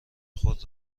خود